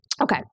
Okay